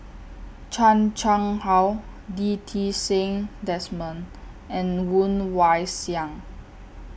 Chan Chang How Lee Ti Seng Desmond and Woon Wah Siang